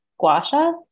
guasha